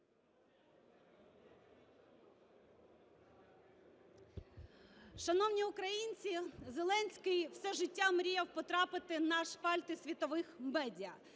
Шановні українці! Зеленський все життя мріяв потрапити на шпальти світових медіа.